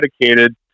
dedicated